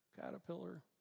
caterpillar